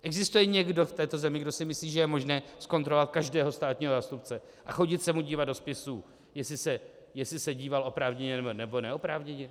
Existuje někdo v této zemi, kdo si myslí, že je možné zkontrolovat každého státního zástupce a chodit se mu dívat do spisů, jestli se díval oprávněně nebo neoprávněně?